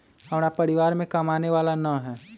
हमरा परिवार में कमाने वाला ना है?